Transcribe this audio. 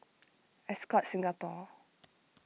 Ascott Singapore